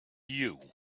you